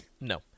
No